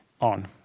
on